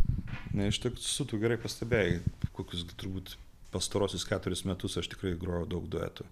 ne iš tiesų tu gerai pastebėjai kokius turbūt pastaruosius keturis metus aš tikrai groju daug duetų